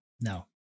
no